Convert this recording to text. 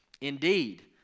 Indeed